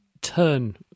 turn